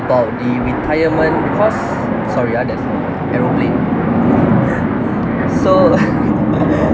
about the retirement cause sorry ya that's a aeroplane so